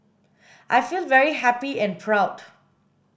I feel very happy and proud